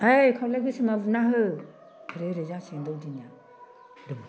ऐ खावलाय गोसोमा बुना हो ओरै ओरै जासिगोन दौदिनिया